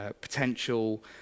potential